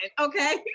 Okay